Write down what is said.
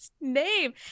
name